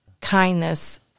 kindness